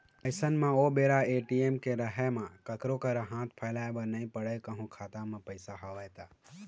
अइसन म ओ बेरा म ए.टी.एम के रहें म कखरो करा हाथ फइलाय बर नइ पड़य कहूँ खाता म पइसा हवय त